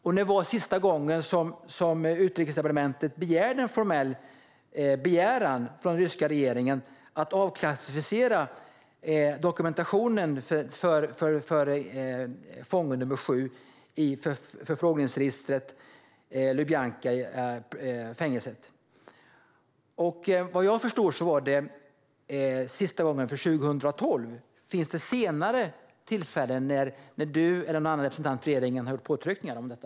Och när var senaste gången som Utrikesdepartementet framförde en formell begäran hos den ryska regeringen om att avklassificera dokumentationen om fånge nr 7 i fångregistret för fängelset Lubjanka? Vad jag förstår skedde detta senast 2012. Har det varit senare tillfällen då du eller någon annan representant för regeringen har gjort påtryckningar om detta?